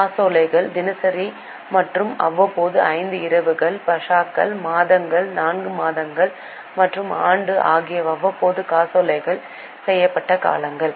காசோலைகள் தினசரி மற்றும் அவ்வப்போது ஐந்து இரவுகள் பக்ஷாக்கள் மாதங்கள் நான்கு மாதங்கள் மற்றும் ஆண்டு ஆகியவை அவ்வப்போது காசோலைகள் செய்யப்பட்ட காலங்கள்